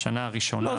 בשנה הראשונה --- לא,